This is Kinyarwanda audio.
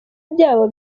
byabo